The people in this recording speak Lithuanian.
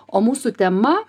o mūsų tema